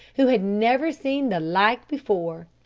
who had never seen the like before.